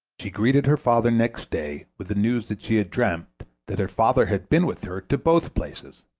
she greeted her father next day with the news that she had dreamt that her father had been with her to both places.